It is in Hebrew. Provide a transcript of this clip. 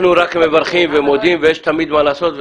אנחנו רק מברכים ומודים ויש תמיד מה לעשות,